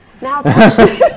Now